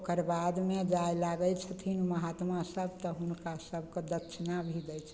ओकरबादमे जाय लागय छथिन महात्मा सब तऽ हुनका सबके दक्षिणा भी दै छथिन